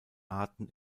arten